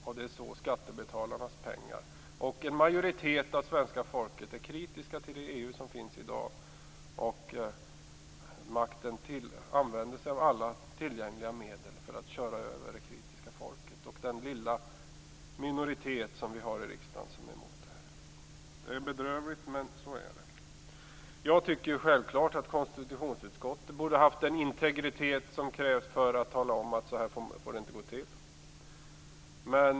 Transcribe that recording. Det är till det skattebetalarnas pengar går. En majoritet av svenska folket är kritiskt mot det EU som finns i dag. Makten använder sig av alla tillgängliga medel att köra över det kritiska folket och den lilla minoritet som finns i riksdagen som är emot EU. Det är bedrövligt, men så är det. Konstitutionsutskottet borde ha haft den integritet som krävs för att tala om att så får det inte gå till.